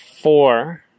four